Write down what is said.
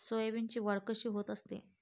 सोयाबीनची वाढ कशी होत असते?